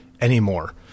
anymore